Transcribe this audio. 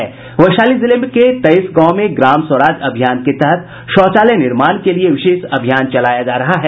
वैशाली जिले के तेईस गांवों में ग्राम स्वराज अभियान के तहत शौचालय निर्माण के लिए विशेष अभियान चलाया जा रहा है